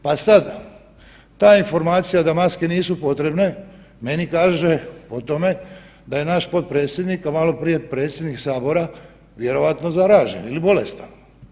Pa sada, ta informacija da maske nisu potrebne meni kaže o tome da je naš potpredsjednik, a maloprije predsjednik sabora vjerojatno zaražen ili bolestan.